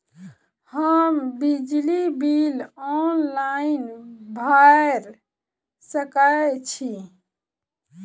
हम बिजली bill online भैर सकै छी?